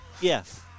Yes